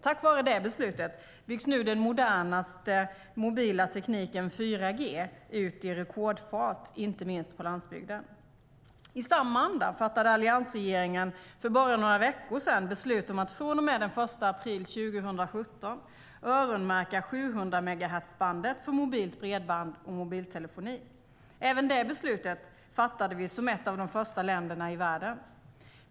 Tack vare det beslutet byggs nu den modernaste mobila tekniken - 4G - ut i rekordfart inte minst på landsbygden. I samma anda fattade alliansregeringen för bara några veckor sedan beslut om att från och med den 1 april 2017 öronmärka 700-megahertzbandet för mobilt bredband och mobiltelefoni. Även det beslutet fattade vi för Sverige som ett av de första länderna i världen.